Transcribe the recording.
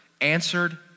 answered